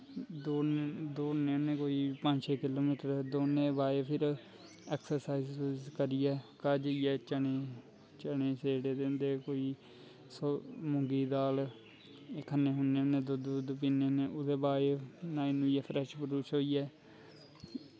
दौड़ने होनें कोई पंज छे किलो मीटर दौड़ने ते फिर ऐक्सर्साईज़ करीयै घर जाईयै चनें स्हेड़े दे होंदे मुंगिये दी दाल खन्ने खुन्ने दुद्द पीने ओह्दै बाद फ्रैश फ्रुश होईयै